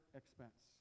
expense